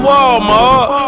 Walmart